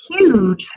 huge